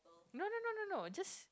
no no no no no just